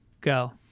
Go